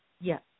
Yes